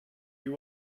you